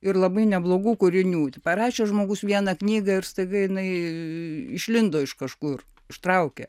ir labai neblogų kūrinių parašė žmogus vieną knygą ir staiga jinai išlindo iš kažkur ištraukia